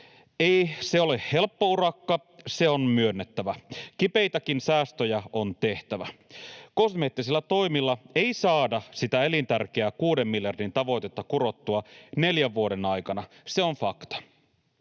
Ei se ole helppo urakka, se on myönnettävä. Kipeitäkin säästöjä on tehtävä. Kosmeettisilla toimilla ei saada sitä elintärkeää kuuden miljardin tavoitetta kurottua neljän vuoden aikana, se on fakta.